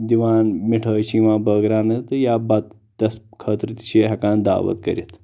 دِوان مِٹھٲے چھِ یِوان بٲگراونہٕ یا بتس خٲطرٕ تہِ چھِ ہٮ۪کان دعوت کٔرتھ